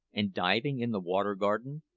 and diving in the water garden,